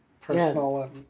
personal